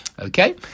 Okay